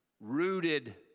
Rooted